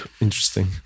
interesting